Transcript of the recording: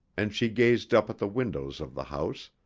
and she gazed up at the windows of the house,